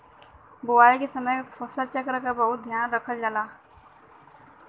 बोवाई के समय फसल चक्र क बहुत ध्यान रखे के होला